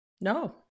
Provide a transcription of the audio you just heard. No